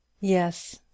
Yes